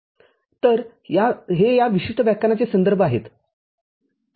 तर हे या विशिष्ट व्याख्यानांचे संदर्भ आहेत